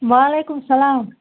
وعلیکُم سلام